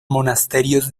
monasterios